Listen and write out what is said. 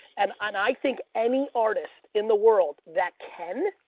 and and i think any artist in the world that can,